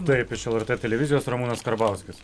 taip iš lrt televizijos ramūnas karbauskis